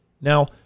Now